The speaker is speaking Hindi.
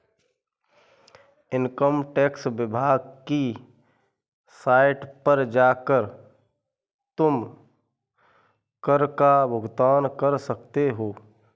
इन्कम टैक्स विभाग की साइट पर जाकर तुम कर का भुगतान कर सकते हो